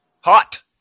Hot